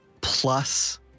plus